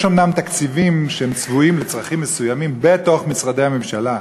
יש אומנם תקציבים שהם צבועים לצרכים מסוימים בתוך משרדי הממשלה,